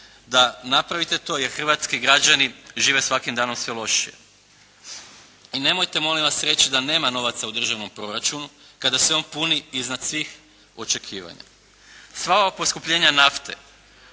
da napravite to jer hrvatski građani žive svakim danom sve lošije. I nemojte molim vas reći da nema novaca u državnom proračunu kada se on puni iznad svih očekivanja. Sva ova poskupljenja nafte